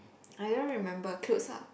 I don't remember clothes lah